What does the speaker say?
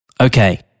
Okay